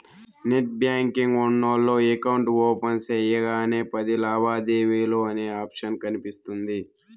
net banking ఉన్నోల్లు account open సెయ్యగానే పది లావాదేవీలు అనే ఆప్షన్ కనిపిస్తుంది